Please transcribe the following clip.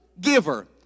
Giver